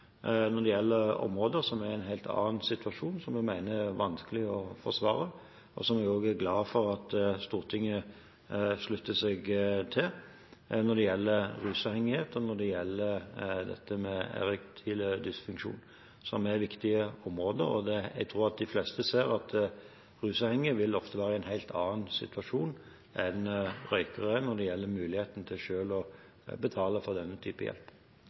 når det gjelder områder som er i en helt annen situasjon som vi mener er vanskelig å forsvare, og som jeg også er glad for at Stortinget slutter seg til. Det gjelder rusavhengighet, og det gjelder dette med erektil dysfunksjon, som er viktige områder. Og jeg tror at de fleste ser at rusavhengige ofte vil være i en helt annen situasjon enn røykere når det gjelder muligheten til selv å betale for denne typen hjelp.